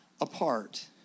apart